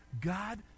God